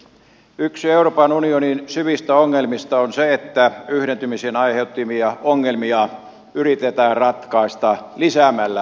yksi euroopan unionin syvistä ongelmista on se että yhdentymisen aiheuttamia ongelmia yritetään ratkaista lisäämällä yhdistymistä